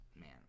man